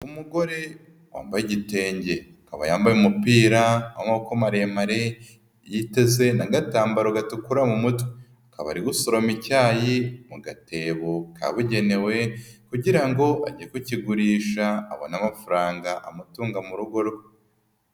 Umugore wambaye igitenge akaba yambaye umupira w'amaboko maremare yiteze n'agatambaro gatukura mu mutwe, akaba ari gusoroma icyayi mu gatebo kabugenewe kugira ngo ajye kukigurisha, abone amafaranga amutunga mu rugo rwe.